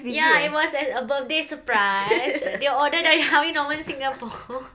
ya it was a a birthday surprise dia order dari Harvey Norman singapore